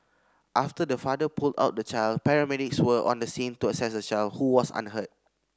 after the father pulled out the child paramedics were on the scene to assess the child who was unhurt